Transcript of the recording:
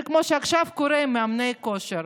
זה כמו שעכשיו קורה עם מאמני כושר.